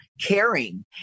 caring